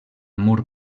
mur